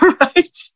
right